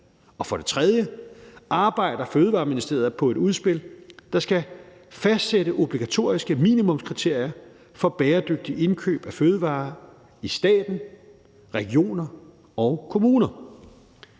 For det tredje arbejder Fødevareministeriet på et udspil, der skal fastsætte obligatoriske minimumskriterier for bæredygtigt indkøb af fødevarer i staten, regioner og kommuner.